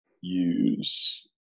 use